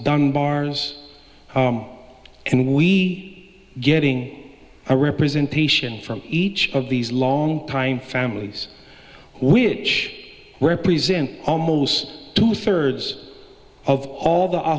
done bars and we getting a representation from each of these long time families which represent almost two thirds of all the